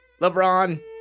LeBron